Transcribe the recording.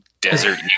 desert